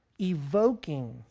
evoking